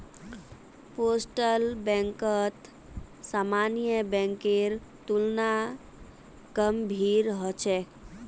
postal बैंकत सामान्य बैंकेर तुलना कम भीड़ ह छेक